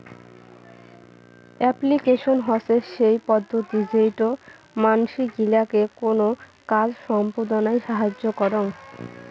application হসে সেই পদ্ধতি যেইটো মানসি গিলাকে কোনো কাজ সম্পদনায় সাহায্য করং